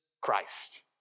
Christ